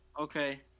Okay